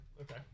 Okay